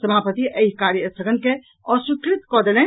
सभापति एहि कार्यस्थगन के अस्वीकृत कऽ देलनि